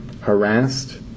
harassed